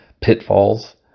pitfalls